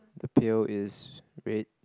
the pail is red